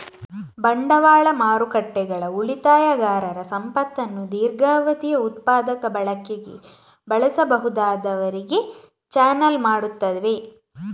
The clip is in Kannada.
ಬಂಡವಾಳ ಮಾರುಕಟ್ಟೆಗಳು ಉಳಿತಾಯಗಾರರ ಸಂಪತ್ತನ್ನು ದೀರ್ಘಾವಧಿಯ ಉತ್ಪಾದಕ ಬಳಕೆಗೆ ಬಳಸಬಹುದಾದವರಿಗೆ ಚಾನಲ್ ಮಾಡುತ್ತವೆ